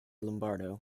lombardo